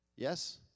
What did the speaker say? Yes